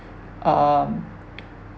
um